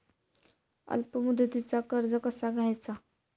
अल्प मुदतीचा कर्ज कसा घ्यायचा?